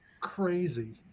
crazy